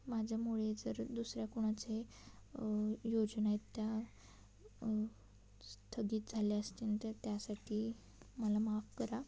माझ्यामुळे जर दुसऱ्या कोणाचे योजना आहेत त्या स्थगित झाल्या असतील तर त्यासाठी मला माफ करा